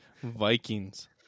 Vikings